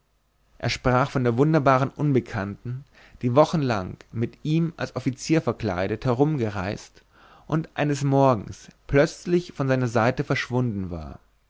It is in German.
er sprach von der wunderbaren unbekannten die wochenlang mit ihm als offizier verkleidet herumgereist und eines morgens plötzlich von seiner seite verschwunden war